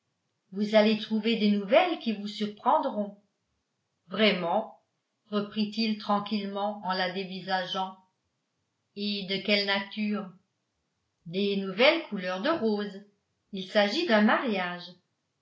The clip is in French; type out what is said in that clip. vous allez trouver des nouvelles qui vous surprendront vraiment reprit-il tranquillement en la dévisageant et de quelle nature des nouvelles couleurs de rose il s'agit d'un mariage